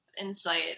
insight